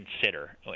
consider